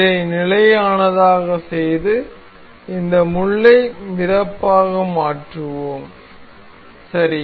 இதை நிலை ஆனதாக செய்து இந்த முள்ளை மிதப்பதாக மாற்றுவோம் சரி